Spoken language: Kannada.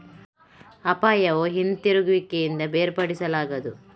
ಅಪಾಯವು ಹಿಂತಿರುಗುವಿಕೆಯಿಂದ ಬೇರ್ಪಡಿಸಲಾಗದು